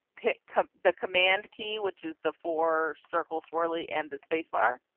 pick up the command key which is the four circle swirly and the spacebar.